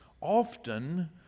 often